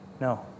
No